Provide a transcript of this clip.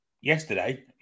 yesterday